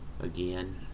again